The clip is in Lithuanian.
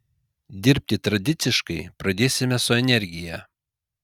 dirbti tradiciškai pradėsime su energija